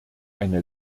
eine